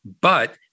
But-